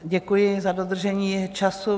Děkuji za dodržení času.